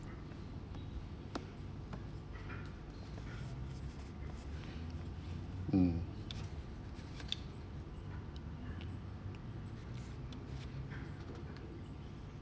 mm